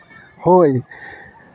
ᱦᱳᱭ